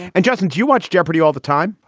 and justin, do you watch jeopardy all the time?